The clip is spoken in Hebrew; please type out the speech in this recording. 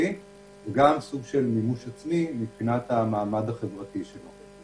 וגם סוג של מימוש עצמי מבחינת מעמדו החברתי.